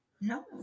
No